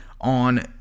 on